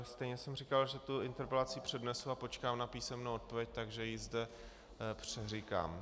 Stejně jsem říkal, že tu interpelaci přednesu a počkám na písemnou odpověď, takže ji zde přeříkám.